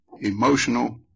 emotional